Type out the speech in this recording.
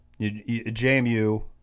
JMU